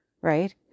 right